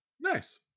Nice